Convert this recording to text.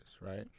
right